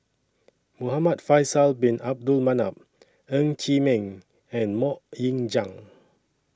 Muhamad Faisal Bin Abdul Manap Ng Chee Meng and Mok Ying Jang